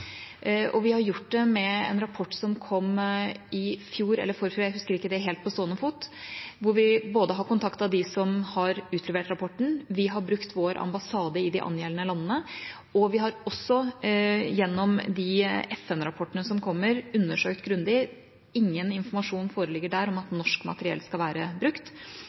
Vi har gjort det med en rapport som kom i fjor eller forfjor – jeg husker ikke det helt på stående fot – hvor vi både har kontaktet dem som har utlevert rapporten, vi har brukt vår ambassade i de angjeldende landene, og vi har også gjennom de FN-rapportene som kommer, undersøkt grundig. Ingen informasjon foreligger der om at norsk materiell skal være brukt.